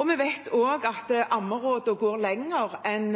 Vi vet også at ammerådene går lengre enn